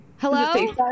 hello